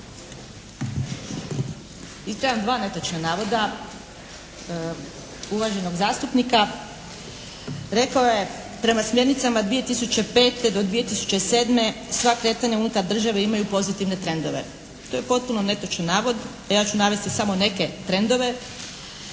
Ispravljam dva netočna navoda uvaženog zastupnika. Rekao je prema smjernicama 2005. do 2007. sva kretanja unutar države imaju pozitivne trendove. To je potpuno netočan navod, a ja ću navesti samo neke trendove.